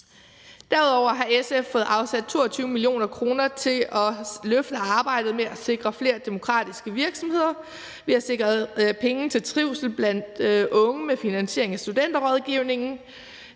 Derudover har SF fået afsat 22 mio. kr. til at løfte arbejdet med at sikre flere demokratiske virksomheder. Vi har sikret penge til trivsel blandt unge med finansieringen af Studenterrådgivningen.